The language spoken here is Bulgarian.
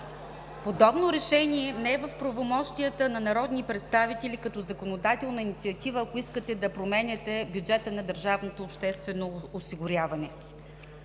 Подобно решение не е в правомощията на народни представители като законодателна инициатива, ако искате да променяте бюджета на държавното обществено осигуряване.